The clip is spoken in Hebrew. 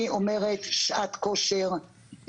אני אומרת, שעת כושר,